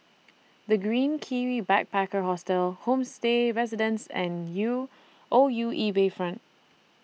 The Green Kiwi Backpacker Hostel Homestay Residences and U O U E Bayfront